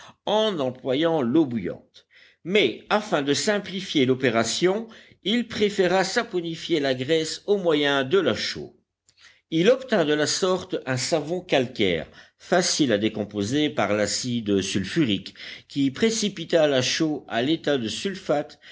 en employant l'eau bouillante mais afin de simplifier l'opération il préféra saponifier la graisse au moyen de la chaux il obtint de la sorte un savon calcaire facile à décomposer par l'acide sulfurique qui précipita la chaux à l'état de sulfate